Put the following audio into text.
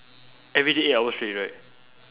everyday eight hours straight right